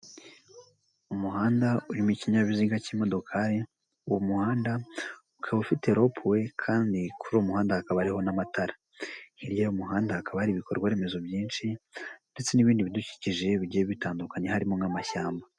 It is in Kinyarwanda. Umuhanda urimo ikinyabiziga cy'imodokari, uwo muhanda ukaba ufite rompuwe kandi kuri uwo muhanda hakaba hariho n'amatara. Hirya y'umuhanda hakaba hari ibikorwaremezo byinshi, ndetse n'ibindi bidukije bigiye bitandukanye harimo nk'amashyamba.